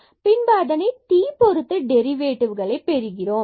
பின்பு அதனை t பொறுத்து டெரிவேட்டிவ்களை பெறுகின்றோம்